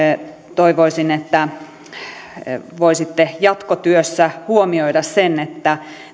toivoisin että voisitte jatkotyössä huomioida sen että